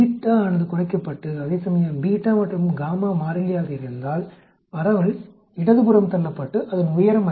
ஆனது குறைக்கப்பட்டு அதேநேரம் மற்றும் மாறிலியாக இருந்தால் பரவல் இடதுபுறம் தள்ளப்பட்டு அதன் உயரம் அதிகரிக்கும்